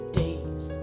days